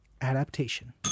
adaptation